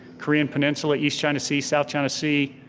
korean peninsula, east china sea, south china sea,